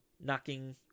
knocking